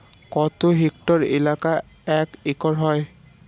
কত হেক্টর এলাকা এক একর হয়?